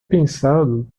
pensado